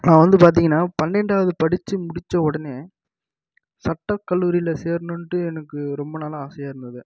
நான் வந்து பார்த்திங்கனா பன்னெண்டாவது படிச்சு முடித்த உடனே சட்ட கல்லூரியில் சேரணுன்ட்டு எனக்கு ரொம்ப நாளாக ஆசையாக இருந்தது